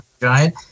Giant